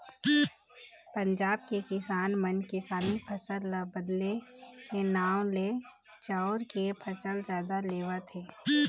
पंजाब के किसान मन किसानी फसल ल बदले के नांव ले चाँउर के फसल जादा लेवत हे